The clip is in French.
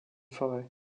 forêt